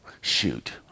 shoot